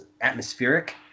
atmospheric